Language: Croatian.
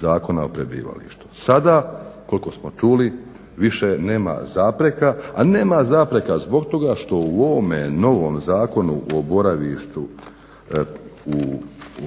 Zakona o prebivalištu. Sada koliko smo čuli više nema zapreka, a nema zapreka zbog toga što u ovome novom Zakonu o boravištu